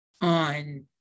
on